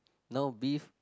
now beef